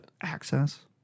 access